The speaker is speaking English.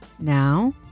Now